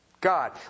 God